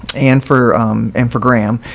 and for and for graham,